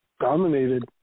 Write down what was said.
dominated